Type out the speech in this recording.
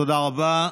תודה רבה.